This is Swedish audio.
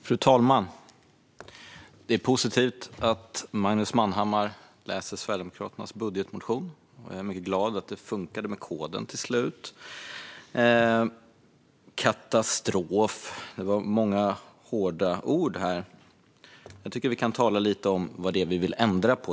Fru talman! Det är positivt att Magnus Manhammar läser Sverigedemokraternas budgetmotion. Jag är glad att det funkade med koden till slut. "Katastrof!" Det var många hårda ord här. Jag tycker att vi kan tala lite om vad det är vi vill ändra på.